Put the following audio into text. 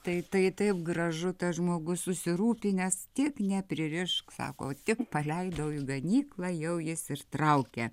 tai tai taip gražu tas žmogus susirūpinęs tik ne pririšk sako tik paleidau į ganyklą jau jis ir traukia